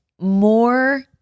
more